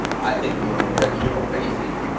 i think you already have already seen,